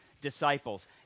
disciples